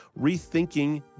Rethinking